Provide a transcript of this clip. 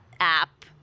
app